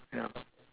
yeah